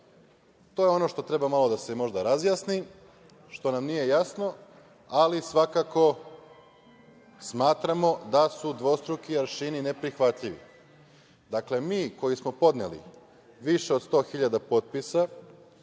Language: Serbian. To je ono što treba malo da se možda razjasni, što nam nije jasno, ali svakako smatramo da su dvostruki aršini neprihvatljivi. Dakle, mi koji smo podneli više od 100.000 potpisa